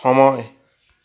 সময়